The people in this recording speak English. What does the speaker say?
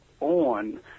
on